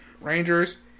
Rangers